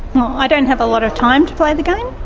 well, i don't have a lot of time to play the game.